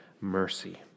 mercy